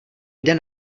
jde